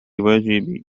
واجبي